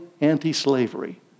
anti-slavery